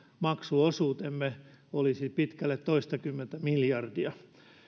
maksuosuutemme olisi pitkälle toistakymmentä miljardia